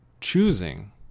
Choosing